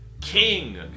King